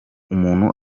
umuntu